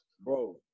bro